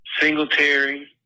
Singletary